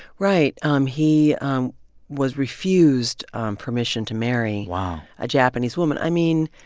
right. um he was refused um permission to marry. wow. a japanese woman. i mean,